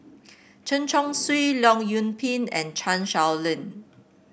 Chen Chong Swee Leong Yoon Pin and Chan Sow Lin